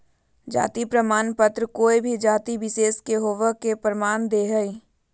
जाति प्रमाण पत्र कोय भी जाति विशेष के होवय के प्रमाण दे हइ